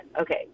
Okay